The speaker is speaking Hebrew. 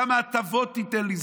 כמה הטבות תיתן לי.